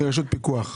פיקוח.